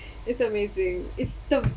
it's amazing is the